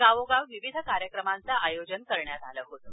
गावोगाव विविध कार्यक्रमांचं आयोजन करण्यात आलं होतं